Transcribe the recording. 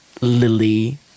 Lily